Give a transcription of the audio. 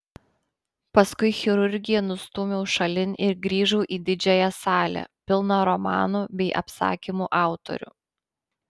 paskui chirurgiją nustūmiau šalin ir grįžau į didžiąją salę pilną romanų bei apsakymų autorių